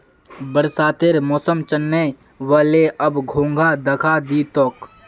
बरसातेर मौसम चनइ व ले, अब घोंघा दखा दी तोक